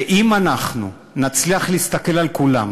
ואם אנחנו נצליח להסתכל על כולם